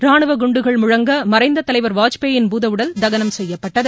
ராணுவ குண்டுகள் முழங்க மறைந்த தலைவர் வாஜ்பாயின் பூதஉடல் தகனம் செய்யப்பட்டது